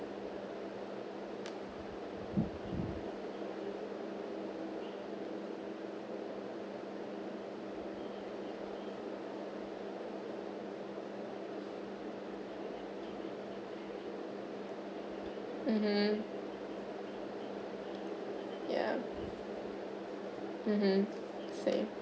mmhmm yeah mmhmm same